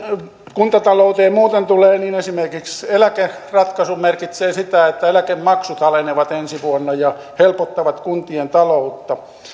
kuntatalouteen muuten tulee niin esimerkiksi eläkeratkaisu merkitsee sitä että eläkemaksut alenevat ensi vuonna ja helpottavat kuntien taloutta